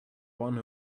one